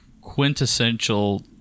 quintessential